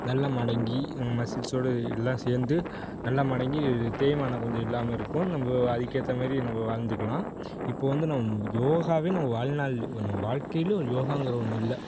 நல்லா மடங்கி நம்ம மசுல்ஸ்ஸோடு எல்லாம் சேர்ந்து நல்லா மடங்கி இது தேய்மானம் கொஞ்சம் இல்லாமல் இருக்கும் நம்ம அதுக்கேற்ற மாதிரி நம்ம வாழ்ந்துக்கலாம் இப்போ வந்து நம் யோகாவே நம்ம வாழ்நாள் இப்போ நம்ம வாழ்க்கையிலே யோகாங்கிற ஒன்று இல்லை